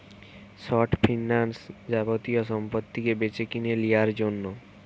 short finance যাবতীয় সম্পত্তিকে বেচেকিনে লিয়ার জন্যে